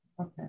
Okay